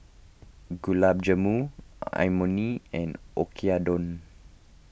Gulab Jamun Imoni and